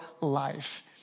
life